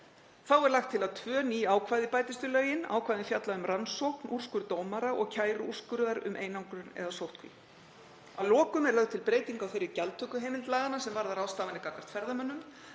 Þá er lagt til að tvö ný ákvæði bætist við lögin. Ákvæðin fjalla um rannsókn, úrskurð dómara og kæru úrskurðar um einangrun eða sóttkví. Að lokum er lögð til breyting á þeirri gjaldtökuheimild laganna sem varðar ráðstafanir gagnvart ferðamönnum.